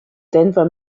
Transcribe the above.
denver